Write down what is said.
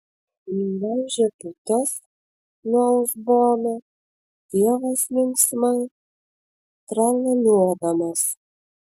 nulaižė putas nuo uzbono tėvas linksmai tralialiuodamas